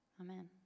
Amen